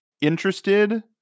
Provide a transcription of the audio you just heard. interested